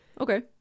Okay